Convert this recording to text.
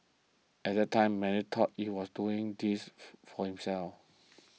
at that time many thought it was doing this for for himself